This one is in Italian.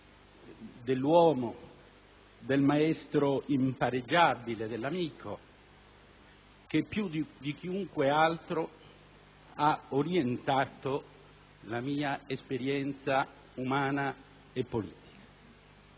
dell'uomo, del maestro impareggiabile, dell'amico che più di chiunque altro ha orientato la mia esperienza umana e politica.